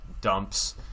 dumps